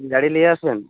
গাড়ি নিয়ে আসবেন